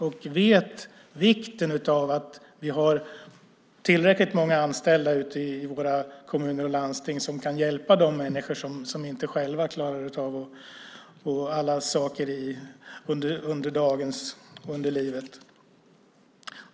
Jag vet vikten av att vi har tillräckligt många anställda i våra kommuner och landsting som kan hjälpa de människor som själva inte klarar alla saker under dagen och under livet.